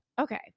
Okay